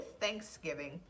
thanksgiving